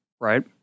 right